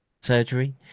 surgery